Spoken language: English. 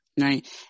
Right